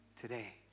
today